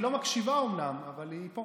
היא לא מקשיבה, אומנם, אבל היא פה.